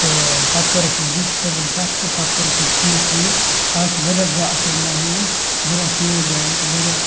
تہٕ پَتہٕ کٔرٕکھ یہِ ڈی سی صٲبُن کَتھ تہٕ پَتہٕ کوٚرُکھ یہِ ٹھیٖک ویٖک آز چھِ واریاہ زیادٕ اَصٕل ماحول واریاہ چینٛج آیہِ ییٚتہِ واریاہ